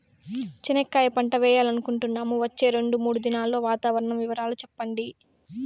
చెనక్కాయ పంట వేయాలనుకుంటున్నాము, వచ్చే రెండు, మూడు దినాల్లో వాతావరణం వివరాలు చెప్పండి?